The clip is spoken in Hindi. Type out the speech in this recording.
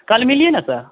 कल मिलिए ना सर